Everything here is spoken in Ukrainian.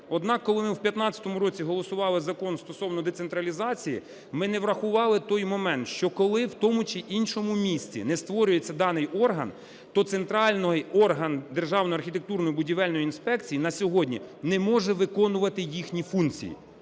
Однак, коли ми в 15-му році голосували Закон стосовно децентралізації, ми не врахували той момент, що коли в тому чи іншому місці не створюється даний орган, то центральний орган Державної архітектурно-будівельної інспекції на сьогодні не може виконувати їхні функції.